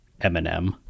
Eminem